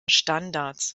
standards